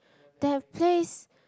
that place